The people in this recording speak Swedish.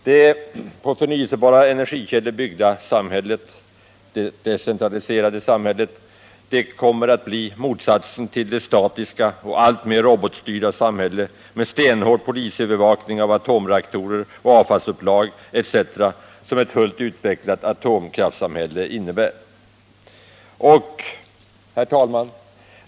Det på förnyelsebara energikällor byggda decentraliserade samhället kommer att bli motsatsen till det statiska och alltmer robotstyrda samhälle med stenhård polisövervakning av atomreaktorer och avfallsupplag etc. som ett fullt utvecklat atomkraftssamhälle innebär. Herr talman!